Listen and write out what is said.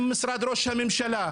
עם משרד כל הממשלה,